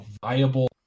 viable